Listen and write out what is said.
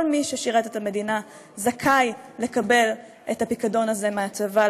כל מי ששירת את המדינה זכאי לקבל את הפיקדון הזה מהצבא,